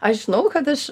aš žinau kad aš